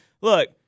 look